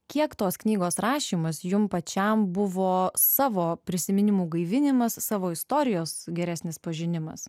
kiek tos knygos rašymas jums pačiam buvo savo prisiminimų gaivinimas savo istorijos geresnis pažinimas